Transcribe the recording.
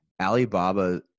Alibaba